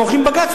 הם הולכים לבג"ץ,